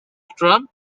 trump